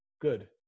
Good